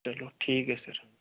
चलो ठीक है सर